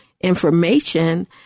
information